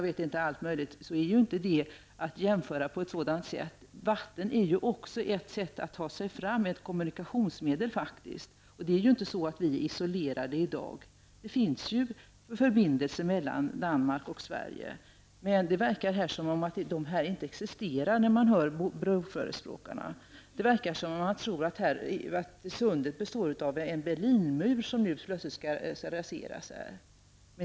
Det går inte att jämföra på ett sådant sätt. Vattnet utgör också ett kommunikationsmedel och ett sätt att ta sig fram. Vi är i dag inte isolerade. Det finns förbindelser mellan Danmark och Sverige. När man hör broförespråkarna tala verkar det som om sådana förbindelser inte existerar. Det verkar som om man tror att sundet består av en Berlinmur som plötsligt skall raseras.